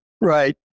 Right